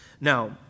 Now